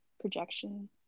projection